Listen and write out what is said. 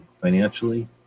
financially